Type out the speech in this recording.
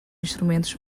instrumentos